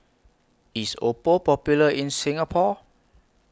IS Oppo Popular in Singapore